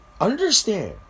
understand